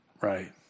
right